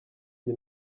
iyi